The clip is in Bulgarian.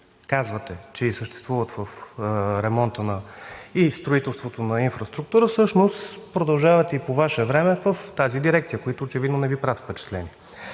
казвате, че съществуват в ремонта и строителството на инфраструктура, всъщност продължават и по Ваше време в тази дирекция, които очевидно не Ви правят впечатление.